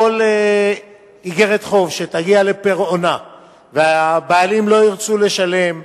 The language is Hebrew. כל איגרת חוב שתגיע לפירעונה והבעלים לא ירצו לשלם,